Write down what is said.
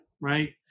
right